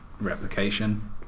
replication